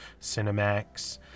cinemax